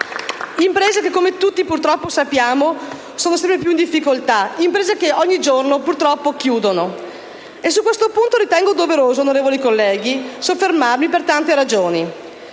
Imprese che, come tutti purtroppo sappiamo, sono sempre più in difficoltà, imprese che quotidianamente chiudono. Su questo punto ritengo doveroso, onorevoli colleghi, soffermarmi. Per tanti ragioni.